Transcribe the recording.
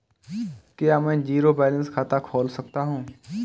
क्या मैं zero balance खाता खोल सकता हूँ?